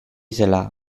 zela